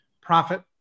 profit